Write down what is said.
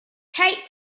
kate